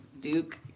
Duke